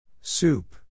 Soup